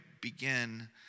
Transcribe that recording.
begin